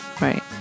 Right